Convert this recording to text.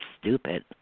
stupid